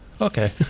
okay